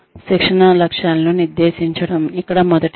శిక్షణ లక్ష్యాలను నిర్దేశించడం ఇక్కడ మొదటి దశ